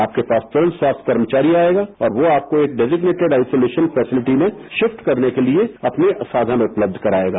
आपके पास तुरंत स्वास्थ्य कर्मचारी आएगा और वह आपको एक डजिसनेटेड आईसुलेसन फैसलिटी में सिफ्ट करने के लिए अपने साधन उपलब्ध कराएगा